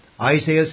Isaiah